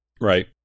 Right